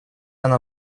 она